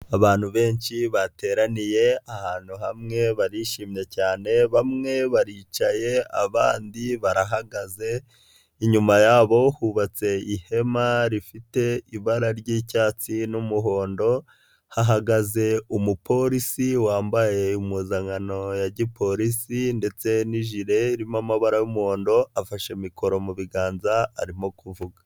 Abantu benshi bateraniye ahantu hamwe barishimye cyane; bamwe baricaye, abandi barahagaze inyuma yabo, hubatse ihema rifite ibara ry'icyatsi n'umuhondo. Hahagaze umupolisi wambaye impuzankano ya gipolisi ndetse n'ijire ririmo amabara y'umuhondo afashe mikoro mu biganza arimo kuvuga.